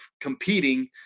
competing